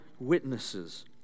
Witnesses